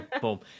boom